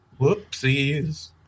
Whoopsies